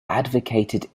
advocated